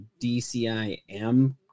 dcim